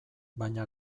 baina